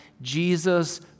Jesus